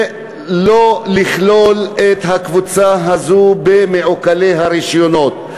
ולא לכלול את הקבוצה הזו במעוקלי הרישיונות.